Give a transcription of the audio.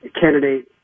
candidate